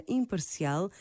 imparcial